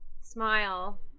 smile